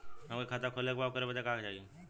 हमके खाता खोले के बा ओकरे बादे का चाही?